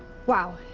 wow.